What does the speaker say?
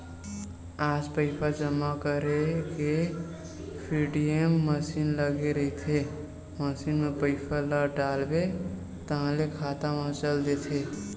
आज पइसा जमा करे के सीडीएम मसीन लगे रहिथे, मसीन म पइसा ल डालबे ताहाँले खाता म चल देथे